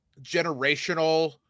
generational